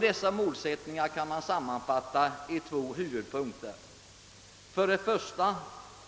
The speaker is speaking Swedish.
Dessa kan sammanfattas i två huvudpunkter: För det första